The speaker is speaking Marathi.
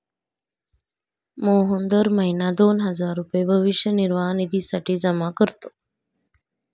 मोहन दर महीना दोन हजार रुपये भविष्य निर्वाह निधीसाठी जमा करतो